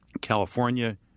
California